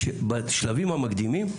בשלבים המקדימים,